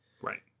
Right